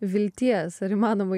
vilties ar įmanoma